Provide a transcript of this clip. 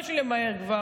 מה יש לי למהר כבר?